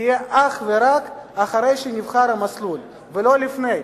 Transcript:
תהיה אך ורק אחרי שנבחר המסלול ולא לפני.